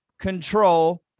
control